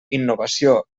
innovació